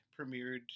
premiered